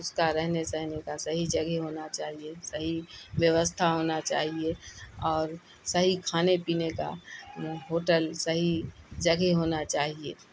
اس کا رہنے سہنے کا صحیح جگہ ہونا چاہیے صحیح ووستھا ہونا چاہیے اور صحیح کھانے پینے کا ہوٹل صحیح جگہ ہونا چاہیے